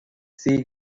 sea